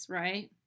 right